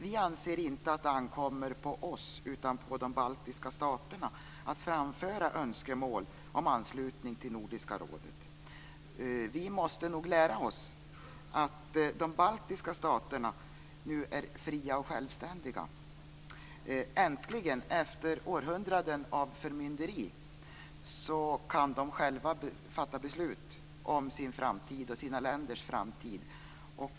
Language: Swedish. Vi anser inte att det ankommer på oss utan på de baltiska staterna att framföra önskemål om anslutning till Nordiska rådet. Vi måste nog lära oss att de baltiska staterna nu är fria och självständiga. Äntligen, efter århundraden av förmynderi, kan de själva fatta beslut om sina länders framtid.